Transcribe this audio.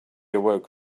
awoke